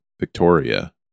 Victoria